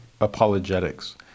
apologetics